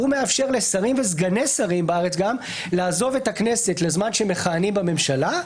מאפשר לסגנים ובארץ גם סגני שרים לעזוב את הכנסת לזמן שמכהנים בממשלה,